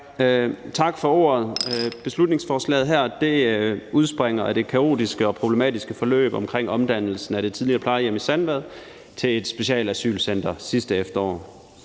Tak for ordet. Beslutningsforslaget her udspringer af det kaotiske og problematiske forløb omkring omdannelsen af det tidligere plejehjem i Sandvad til et specialasylcenter sidste efterår.